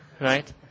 right